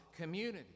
community